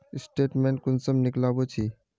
Statement कुंसम निकलाबो छी?